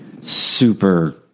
super